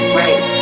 right